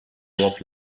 dorf